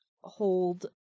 hold